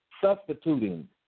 substituting